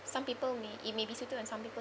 some people may it may be suited on some people